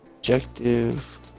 Objective